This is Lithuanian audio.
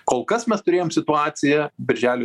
kol kas mes turėjom situaciją birželio